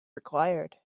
required